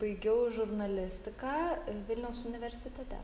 baigiau žurnalistiką vilniaus universitete